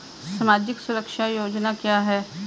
सामाजिक सुरक्षा योजना क्या है?